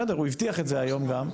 בסדר, הוא הבטיח את זה היום גם.